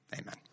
Amen